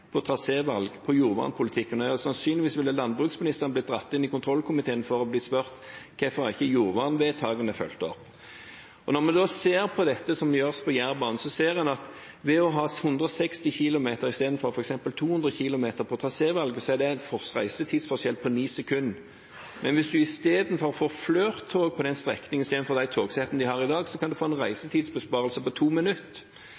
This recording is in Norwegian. på trasévalg, på jordvernpolitikken, og sannsynligvis ville landbruksministeren ha blitt dratt inn til kontrollkomiteen for å svare på hvorfor jordvernvedtakene ikke er blitt fulgt opp. Når det gjelder dette som gjøres på Jærbanen, ser en at ved å ha 160 km/t istedenfor f.eks. 250 km/t på trasévalget, så utgjør det en tidsforskjell på 9 sekunder. Men hvis en får Flirt-tog på den strekningen istedenfor de togsettene en har i dag, kan en få en